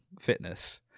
Fitness